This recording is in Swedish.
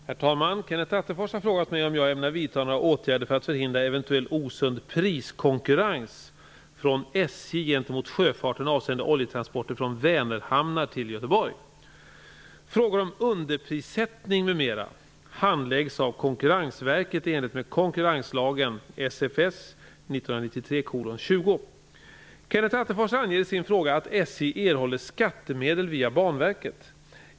Herr talman! Kenneth Attefors har frågat mig om jag ämnar vidta några åtgärder för att förhindra eventuell osund priskonkurrens från SJ gentemot sjöfarten avseende oljetransporter från Kenneth Attefors anger i sin fråga att SJ erhåller skattemedel via Banverket.